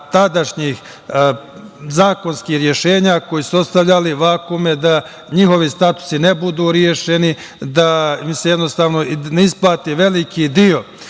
tadašnjih zakonskih rešenja, koji su ostavljali vakume da njihovi statusi ne budu rešeni, da im se jednostavno ne isplati veliki deo